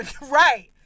Right